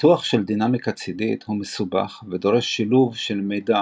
ניתוח של דינמיקה צידית הוא מסובך ודורש שילוב של מידע